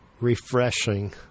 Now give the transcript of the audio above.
refreshing